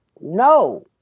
no